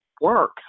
work